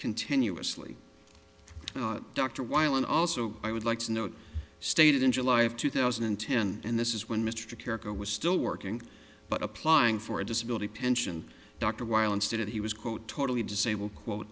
continuously dr weil and also i would like to note stated in july of two thousand and ten and this is when mr character was still working but applying for a disability pension dr weil instead of he was quote totally disabled quote